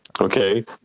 okay